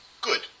Good